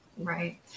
Right